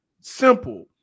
Simple